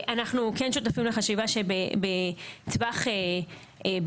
אנחנו כן שותפים לחשיבה שבטווח בינוני,